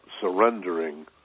surrendering